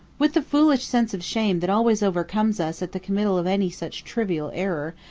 with the foolish sense of shame that always overcomes us at the committal of any such trivial error,